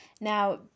Now